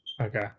Okay